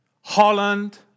Holland